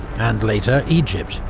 and later egypt,